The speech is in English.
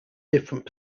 different